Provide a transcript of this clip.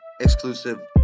Exclusive